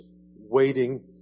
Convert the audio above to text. waiting